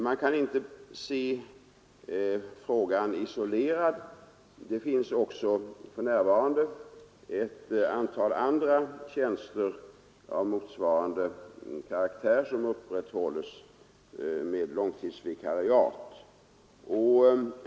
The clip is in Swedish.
Man kan dock inte se frågan isolerad; det finns för närvarande ett antal andra tjänster av motsvarande karaktär som upprätthålls med långtidsvikariat.